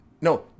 No